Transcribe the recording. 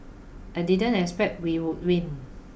I didn't expect we would win